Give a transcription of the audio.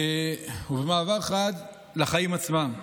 ובמעבר חד לחיים עצמם.